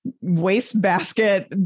wastebasket